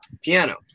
piano